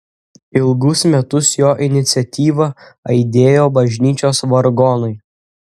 ilgus metus jo iniciatyva aidėjo bažnyčios vargonai